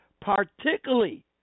particularly